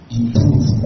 improve